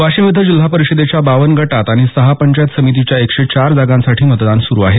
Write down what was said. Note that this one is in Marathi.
वाशीम इथं जिल्हा परिषदेच्या बावन्न गटात आणि सहा पंचायत समितींच्या एकशे चार जागांसाठी मतदान सुरू आहे